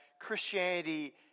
Christianity